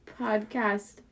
Podcast